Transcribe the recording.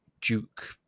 Duke